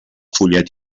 fullet